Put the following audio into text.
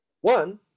One